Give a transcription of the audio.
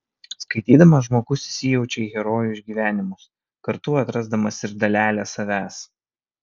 skaitydamas žmogus įsijaučia į herojų išgyvenimus kartu atrasdamas ir dalelę savęs